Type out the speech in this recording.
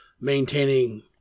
maintaining